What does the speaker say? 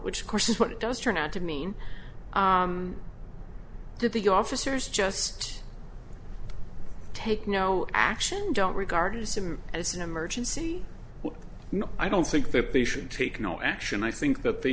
which of course is what it does turn out to mean that the officers just take no action don't regard assume as an emergency i don't think that they should take no action i think that they